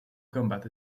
combat